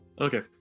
Okay